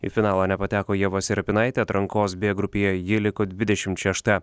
į finalą nepateko ieva serapinaitė atrankos b grupėje ji liko dvidešim šešta